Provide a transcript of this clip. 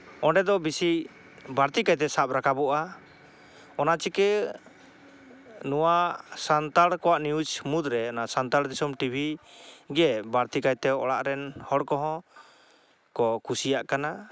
ᱚᱸᱰᱮ ᱫᱚ ᱵᱤᱥᱤ ᱵᱟᱹᱲᱛᱤ ᱠᱟᱭᱛᱮ ᱥᱟᱵ ᱨᱟᱠᱟᱵᱚᱜᱼᱟ ᱚᱱᱟ ᱪᱤᱠᱟᱹ ᱱᱚᱣᱟ ᱥᱟᱱᱛᱟᱲ ᱠᱚᱣᱟᱜ ᱱᱤᱭᱩᱡ ᱢᱩᱫᱽᱨᱮ ᱚᱱᱟ ᱥᱟᱱᱛᱟᱲ ᱫᱤᱥᱚᱢ ᱴᱤᱵᱷᱤ ᱜᱮ ᱵᱟᱲᱛᱤ ᱠᱟᱭᱛᱮ ᱚᱲᱟᱜ ᱨᱮᱱ ᱦᱚᱲ ᱠᱚᱦᱚᱸ ᱠᱚ ᱠᱩᱥᱤᱭᱟᱜ ᱠᱟᱱᱟ